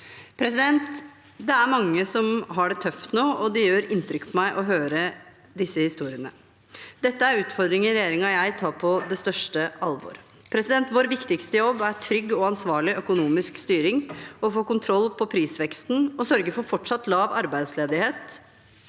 Det er mange som har det tøft nå, og det gjør inntrykk på meg å høre disse historiene. Dette er utfordringer regjeringen og jeg tar på største alvor. Vår viktigste jobb er trygg og ansvarlig økonomisk styring, å få kontroll på prisveksten og sørge for fortsatt lav arbeidsledighet.